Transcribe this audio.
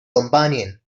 companion